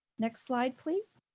next slide, please.